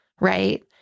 right